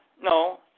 No